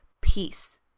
peace